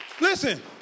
Listen